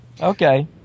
Okay